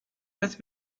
with